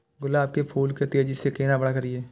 गुलाब के फूल के तेजी से केना बड़ा करिए?